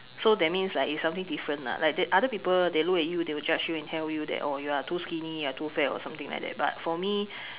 so that means like it's something different lah like they other people they look at you they will judge you and tell you that oh you are too skinny you are too fat or something like that but for me